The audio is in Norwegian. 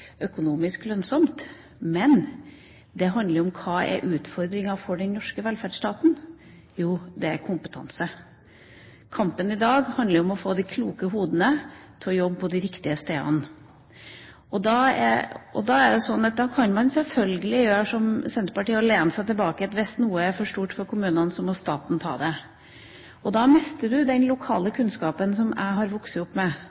økonomisk lønnsomt, men det handler om hva som er utfordringa for den norske velferdsstaten. Jo, det er kompetanse. Kampen i dag handler om å få de kloke hodene til å jobbe på de riktige stedene. Da kan man sjølsagt gjøre som Senterpartiet, lene seg tilbake og si: Hvis noe er for stort for kommunene, så må staten ta det. Da mister man den lokale kunnskapen som jeg har vokst opp med